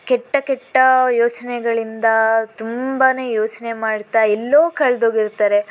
ಕೆಟ್ಟ ಕೆಟ್ಟ ಯೋಚನೆಗಳಿಂದ ತುಂಬನೇ ಯೋಚನೆ ಮಾಡ್ತಾ ಎಲ್ಲೋ ಕಳೆದೋಗಿರ್ತಾರೆ